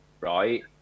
right